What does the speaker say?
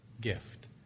gift